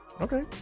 Okay